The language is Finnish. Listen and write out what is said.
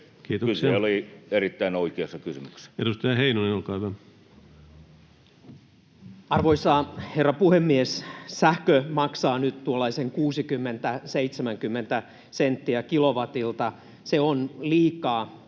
Kiitoksia!] Mutta kysyjä oli erittäin oikeassa kysymyksessään. Edustaja Heinonen, olkaa hyvä. Arvoisa herra puhemies! Sähkö maksaa nyt tuollaisen 60—70 senttiä kilowatilta. Se on liikaa,